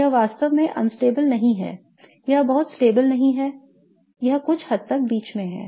तो यह वास्तव में अस्थिर नहीं है यह बहुत स्थिर नहीं है यह कुछ हद तक बीच में है